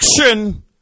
action